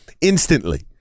instantly